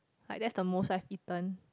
like that's the most I've eaten